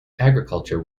agriculture